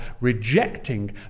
rejecting